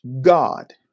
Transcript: God